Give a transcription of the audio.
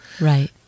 Right